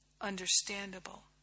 understandable